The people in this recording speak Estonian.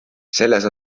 selles